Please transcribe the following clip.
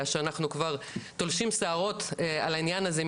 שאנחנו כבר "תולשים שערות" על העניין הזה,